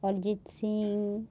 Arijit Singh